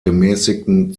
gemäßigten